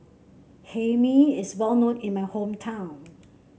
Hae Mee is well known in my hometown